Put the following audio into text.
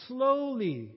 Slowly